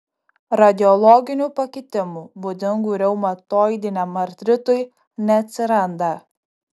radiologinių pakitimų būdingų reumatoidiniam artritui neatsiranda